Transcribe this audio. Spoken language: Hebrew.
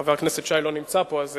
חבר הכנסת שי לא נמצא פה, אז